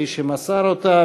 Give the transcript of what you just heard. כפי שהוא מסר אותה.